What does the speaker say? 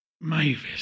Mavis